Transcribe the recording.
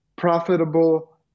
profitable